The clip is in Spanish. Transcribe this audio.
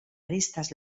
aristas